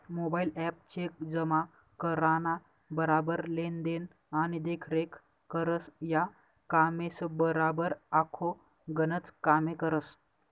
mobile app cheque जमा कराना बराबर लेन देन आणि देखरेख करस, या कामेसबराबर आखो गनच कामे करस